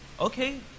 Okay